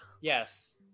Yes